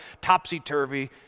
topsy-turvy